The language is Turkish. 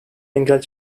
engel